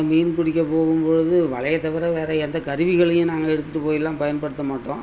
மீன் பிடிக்கப் போகும் பொழுது வலையை தவிர வேறு எந்தக் கருவிகளையும் நாங்கள் எடுத்துகிட்டுப் போயிலாம் பயன்படுத்த மாட்டோம்